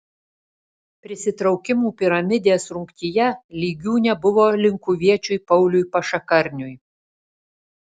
prisitraukimų piramidės rungtyje lygių nebuvo linkuviečiui pauliui pašakarniui